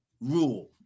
rule